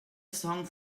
song